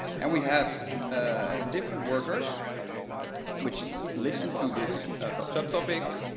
and we have different workers which listen to this pub sub topic,